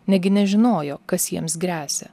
negi nežinojo kas jiems gresia